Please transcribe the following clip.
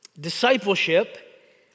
discipleship